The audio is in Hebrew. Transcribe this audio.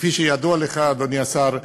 וכפי שידוע לך, אדוני השר,